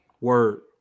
Word